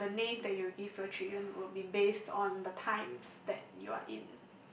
the the names that you will give your children will be based on the times that you are in